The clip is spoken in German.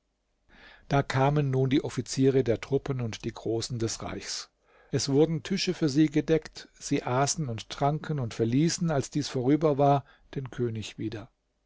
da kamen nun die offiziere der truppen und die großen des reichs es wurden tische für sie gedeckt sie aßen und tranken und verließen als dies vorüber war den könig wieder